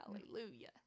hallelujah